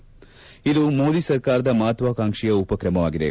ಇದು ಮೋದಿ ಸರ್ಕಾರದ ಮಹತ್ವಾಕಾಂಕ್ಷೆಯ ಉಪಕ್ರಮವಾಗಿದೆ